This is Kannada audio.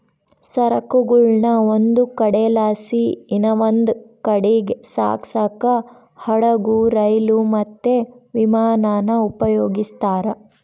ಸರಕುಗುಳ್ನ ಒಂದು ಕಡೆಲಾಸಿ ಇನವಂದ್ ಕಡೀಗ್ ಸಾಗ್ಸಾಕ ಹಡುಗು, ರೈಲು, ಮತ್ತೆ ವಿಮಾನಾನ ಉಪಯೋಗಿಸ್ತಾರ